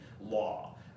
law